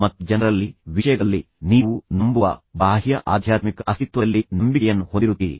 ಪೋಷಕರು ನೀವು ಮದುವೆಯಾಗುವುದನ್ನು ಬಯಸಲಿಲ್ಲ ಆದರೆ ನೀವಿಬ್ಬರೂ ಒಟ್ಟಿಗೆ ವಾಸಿಸಲು ಏಕೆ ನಿರ್ಧರಿಸಿದ್ದೀರಿ